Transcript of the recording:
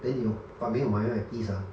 then 你有 but 没有买 right please ah